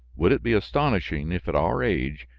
would it be astonishing if, at our age,